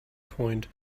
point